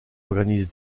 organise